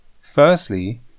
Firstly